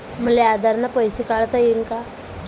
मले आधार न पैसे काढता येईन का?